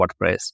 WordPress